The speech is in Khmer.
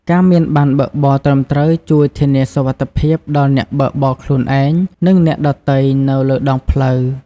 ការមានប័ណ្ណបើកបរត្រឹមត្រូវ ជួយធានាសុវត្ថិភាពដល់អ្នកបើកបរខ្លួនឯង និងអ្នកដទៃនៅលើដងផ្លូវ។